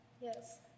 Yes